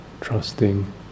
trusting